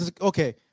Okay